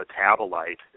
metabolite